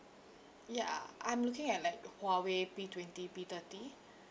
ya I'm looking at like huawei P twenty P thirty